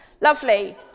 Lovely